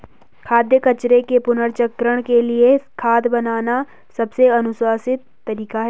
खाद्य कचरे के पुनर्चक्रण के लिए खाद बनाना सबसे अनुशंसित तरीका है